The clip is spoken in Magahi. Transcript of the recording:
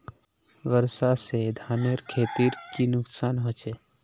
वर्षा से धानेर खेतीर की नुकसान होचे?